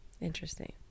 Interesting